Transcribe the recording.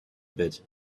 bit